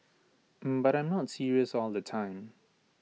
but I am not serious all the time